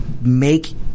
make